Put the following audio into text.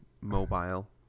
mobile